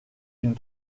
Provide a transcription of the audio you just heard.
une